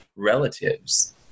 relatives